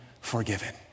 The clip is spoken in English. forgiven